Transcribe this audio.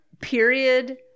period